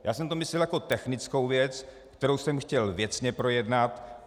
Já jsem to myslel jako technickou věc, kterou jsem chtěl věcně projednat.